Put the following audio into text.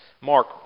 Mark